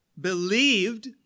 believed